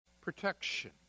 protection